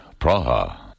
Praha